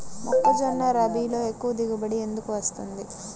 మొక్కజొన్న రబీలో ఎక్కువ దిగుబడి ఎందుకు వస్తుంది?